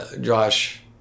Josh